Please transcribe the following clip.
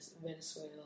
Venezuela